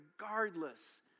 regardless